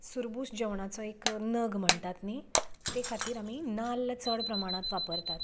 सुरबूस जेवणाचो एक नग म्हणटात न्ही ते खातीर आमी नाल्ल चड प्रमाणांत वापरतात